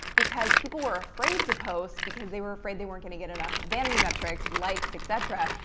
because people were afraid to post because they were afraid they weren't going to get enough vanity metrics, likes, etc.